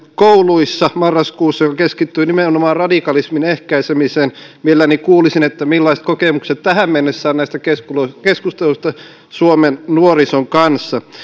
kouluissa marraskuussa kiertueen mikä keskittyy nimenomaan radikalismin ehkäisemiseen mielelläni kuulisin millaiset kokemukset tähän mennessä on näistä keskusteluista keskusteluista suomen nuorison kanssa